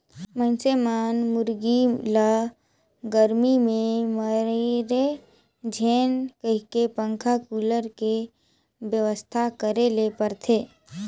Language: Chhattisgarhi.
मइनसे मन मुरगी ल गरमी में मरे झेन कहिके पंखा, कुलर के बेवस्था करे ले परथे